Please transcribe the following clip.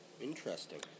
Interesting